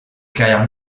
carrière